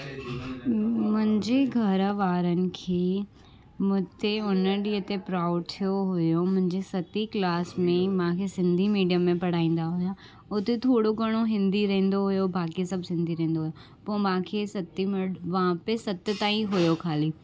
मुंहिंजी घर वारनि खे मूं ते उन ॾींहं ते प्राउड थियो हुओ मुंहिंजी सती क्लास में मूंखे सिंधी मीडियम में पढ़ाईंदा हुआ उते थोरो घणो हिंदी रहंदो हुओ बाक़ी सभु सिंधी रहंदो हुओ पोइ मूंखे सत में वहा पे सते ताईं हुओ ख़ाली